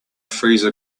freezer